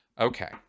okay